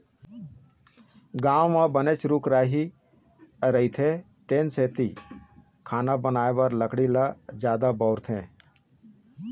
गाँव म बनेच रूख राई रहिथे तेन सेती खाना बनाए बर लकड़ी ल जादा बउरथे